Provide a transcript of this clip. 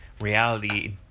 reality